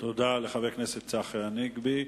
תודה לחבר הכנסת צחי הנגבי.